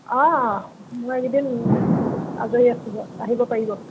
অঁ মই এইকেইদিন আজৰি আছোঁ বাৰু আহিব পাৰিব